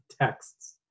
texts